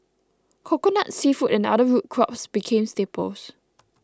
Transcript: Coconut Seafood and other root crops became staples